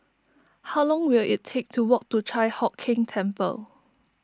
how long will it take to walk to Chi Hock Keng Temple